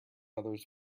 others